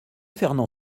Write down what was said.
fernand